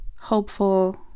hopeful